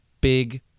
Big